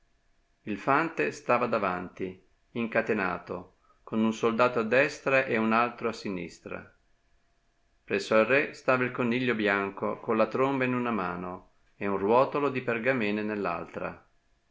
il fante stava davanti incatenato con un soldato a destra e un altro a sinistra presso al re stava il coniglio bianco con la tromba in una mano e un ruotolo di pergamene nell'altra